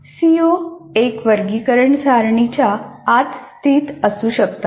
CO एक वर्गीकरण सारणीच्या आत स्थित असू शकतात